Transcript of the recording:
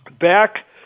back